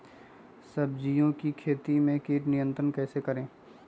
सब्जियों की खेती में कीट नियंत्रण कैसे करें?